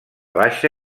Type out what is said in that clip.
baixa